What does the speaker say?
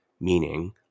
meaning